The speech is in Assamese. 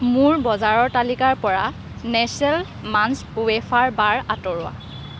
মোৰ বজাৰৰ তালিকাৰ পৰা নেচেল মাঞ্চ ৱেফাৰ বাৰ আঁতৰোৱা